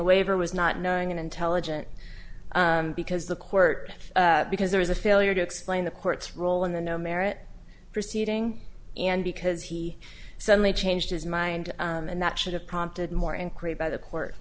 waiver was not knowing and intelligent because the court because there is a failure to explain the court's role in the no merit proceeding and because he suddenly changed his mind and that should have prompted more increase by the court